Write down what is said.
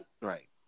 Right